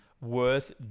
worth